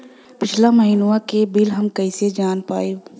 पिछला महिनवा क बिल हम कईसे जान पाइब?